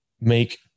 make